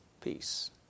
peace